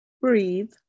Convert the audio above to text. breathe